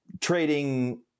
trading